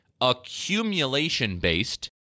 accumulation-based